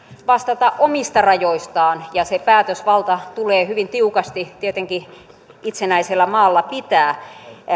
vastata omista rajoistaan ja se päätösvalta tulee hyvin tiukasti tietenkin itsenäisellä maalla pitää